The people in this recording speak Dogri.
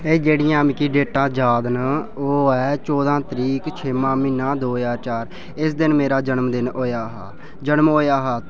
एह् जेह्ड़ियां मिगी डेटां याद न ओह् ऐ चौह्दां तरीक छेमां म्हीना दो ज्हार चार इस दिन मेरा जनमदिन होएआ हा जनम होए हा